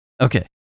okay